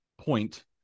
point